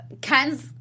Ken's